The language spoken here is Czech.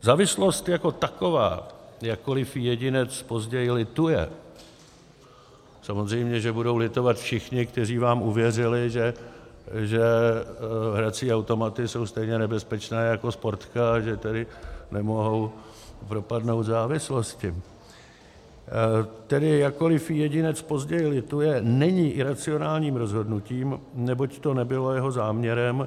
Závislost jako taková, jakkoliv jí jedinec později lituje samozřejmě že budou litovat všichni, kteří vám uvěřili, že hrací automaty jsou stejně nebezpečné jako Sportka, a že tedy nemohou propadnout závislosti tedy jakkoli jí jedinec později lituje, není iracionálním rozhodnutím, neboť to nebylo jeho záměrem.